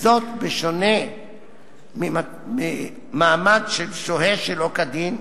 וזאת בשונה ממעמד של שוהה שלא כדין,